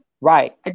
Right